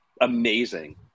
amazing